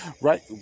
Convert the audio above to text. right